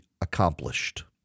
accomplished